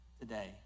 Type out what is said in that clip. today